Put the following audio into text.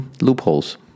loopholes